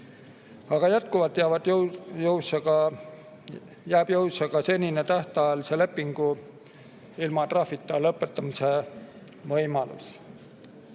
Aga jätkuvalt jääb jõusse ka senine tähtajalise lepingu ilma trahvita lõpetamise võimalus.